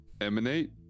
emanate